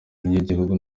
ry’igihugu